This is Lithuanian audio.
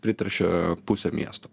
priteršė pusę miesto